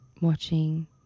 watching